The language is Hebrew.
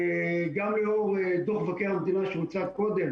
גם לאור דוח מבקר המדינה שהוצג קודם